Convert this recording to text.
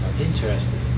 interesting